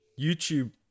youtube